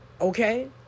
Okay